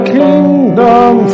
kingdom